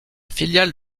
filiale